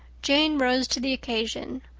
jane rose to the occasion.